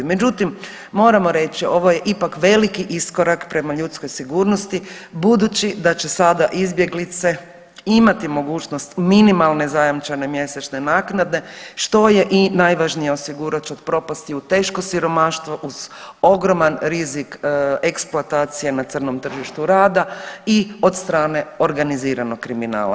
Međutim, moramo reći ovo je ipak veliki iskorak prema ljudskoj sigurnosti budući da će sada izbjeglice imati mogućnost minimalne zajamčene mjesečne naknade što je i najvažnije osigurat će od propasti u teško siromaštvo uz ogroman rizik eksploatacije na crnom tržištu rada i od strane organiziranog kriminala.